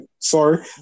Sorry